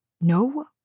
No